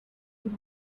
you